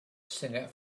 singer